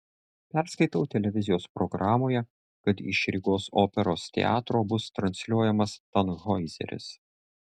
perskaitau televizijos programoje kad iš rygos operos teatro bus transliuojamas tanhoizeris